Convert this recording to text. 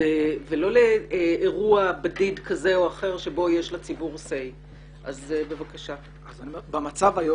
ולא לאירוע בדיד כזה או אחר שבו יש לציבור SAY. במצב היום